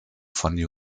von